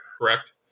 correct